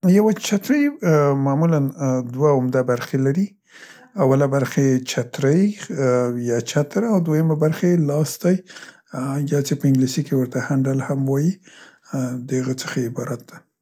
یوه چترۍ معمولاً دوه عمده برخې لري، اوله برخه یې چترۍ یا چتر او دوهمه برخه یې لاستی یا څې په انګلیسي کې ورته هنډل هم وايي، د هغه څخه عبارت ده.